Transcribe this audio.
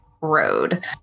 road